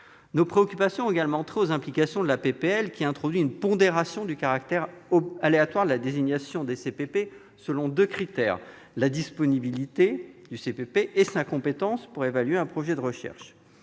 Nos préoccupations ont également trait aux implications de la proposition de loi, qui introduit une pondération du caractère aléatoire de la désignation des CPP selon deux critères : la disponibilité et la compétence pour évaluer un projet de recherche.